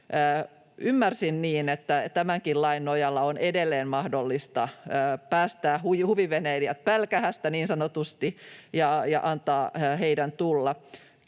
Ymmärsin niin, että tämänkin lain nojalla on edelleen mahdollista päästää huviveneilijät pälkähästä, niin sanotusti,